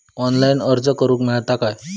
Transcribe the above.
Online अर्ज करूक मेलता काय?